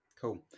Cool